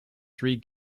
three